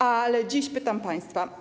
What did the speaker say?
Ale dziś pytam państwa.